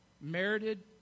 merited